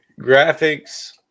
Graphics